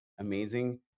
amazing